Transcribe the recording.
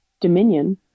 Dominion